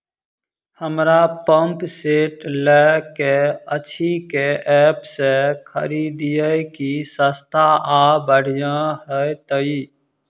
हमरा pump set लय केँ अछि केँ ऐप सँ खरिदियै की सस्ता आ बढ़िया हेतइ?